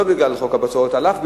לא בגלל חוק הבצורת,